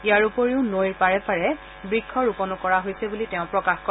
ইয়াৰ উপৰিও নৈৰ পাৰে পাৰে বৃক্ষ ৰোপণো কৰা হৈছে বুলি তেওঁ প্ৰকাশ কৰে